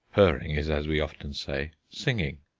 purring is, as we often say, singing.